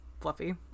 fluffy